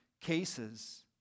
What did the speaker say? cases